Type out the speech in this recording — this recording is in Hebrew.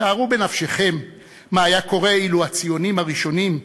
שערו בנפשכם מה היה קורה אילו הציונים הראשונים,